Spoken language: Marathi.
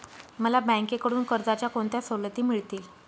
मला बँकेकडून कर्जाच्या कोणत्या सवलती मिळतील?